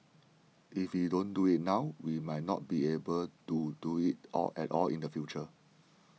if we don't do it now we might not be able do it all at all in the future